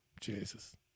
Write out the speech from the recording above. Jesus